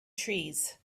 trees